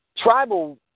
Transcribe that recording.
Tribal